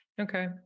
okay